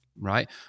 Right